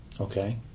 Okay